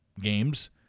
games